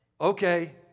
Okay